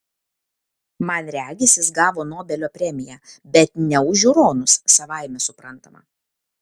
man regis jis gavo nobelio premiją bet ne už žiūronus savaime suprantama